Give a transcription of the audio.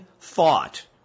thought